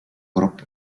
grup